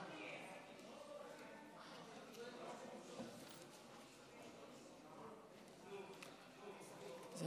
יש